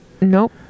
Nope